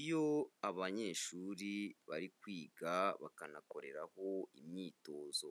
iyo abanyeshuri bari kwiga bakanakoreraho imyitozo.